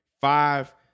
five